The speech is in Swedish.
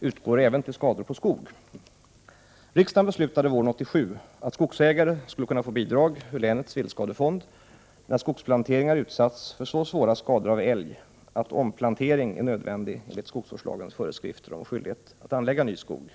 utgår även för skador på skog. Riksdagen beslutade våren 1987 att skogsägare skulle kunna få bidrag ur länets viltskadefond när skogsplanteringar utsatts för så svåra skador av älg att en omplantering är nödvändig enligt skogsvårdslagens föreskrifter om skyldighet att anlägga ny skog.